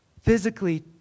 Physically